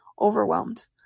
overwhelmed